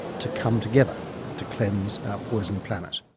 to come together to cleanse our poisoned planet.